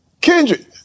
Kendrick